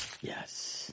yes